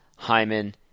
Hyman